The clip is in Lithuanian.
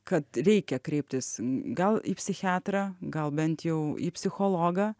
kad reikia kreiptis gal į psichiatrą gal bent jau į psichologą